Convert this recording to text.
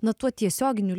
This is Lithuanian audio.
nuo tuo tiesioginiu